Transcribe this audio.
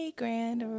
grand